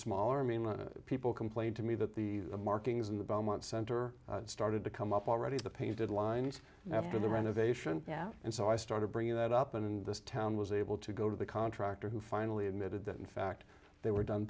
smaller mean people complained to me that the markings in the belmont center started to come up already the painted lines after the renovation and so i started bringing that up and this town was able to go to the contractor who finally admitted that in fact they were done